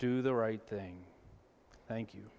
do the right thing thank you